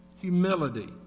Humility